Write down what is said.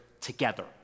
together